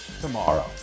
tomorrow